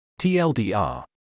TLDR